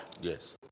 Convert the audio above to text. Yes